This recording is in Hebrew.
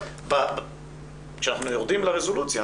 כשאנחנו יורדים לרזולוציה,